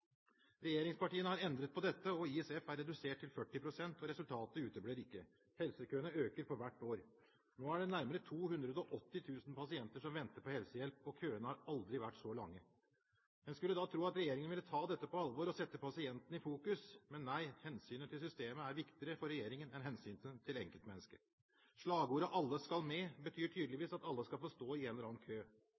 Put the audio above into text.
Regjeringspartiene har endret på dette. ISF er redusert til 40 pst., og resultatet uteblir ikke. Helsekøene øker for hvert år. Nå er det nærmere 280 000 pasienter som venter på helsehjelp, og køene har aldri vært så lange. En skulle da tro at regjeringen ville ta dette på alvor og sette pasienten i fokus. Men nei, hensynet til systemet er viktigere for regjeringen enn hensynet til enkeltmennesket. Slagordet «alle skal med» betyr tydeligvis at alle skal stå i en eller annen kø.